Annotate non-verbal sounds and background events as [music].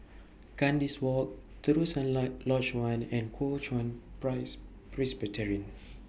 Kandis Walk Terusan La Lodge one and Kuo Chuan Price Presbyterian [noise]